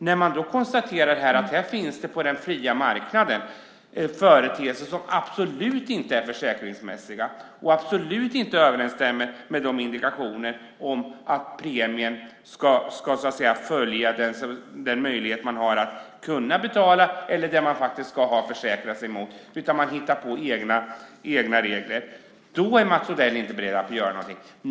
Här kan vi konstatera att det på den fria marknaden finns företeelser som absolut inte är försäkringsmässiga och absolut inte överensstämmer med intentionen att premien ska följa ens möjlighet att betala och det man försäkrar sig mot utan där bolagen hittar på egna regler. Då är Mats Odell inte beredd att göra någonting.